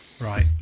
Right